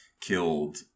killed